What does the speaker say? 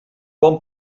bon